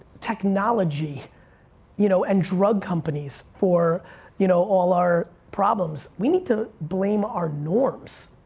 technology you know and drug companies for you know all our problems. we need to blame our norms,